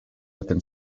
within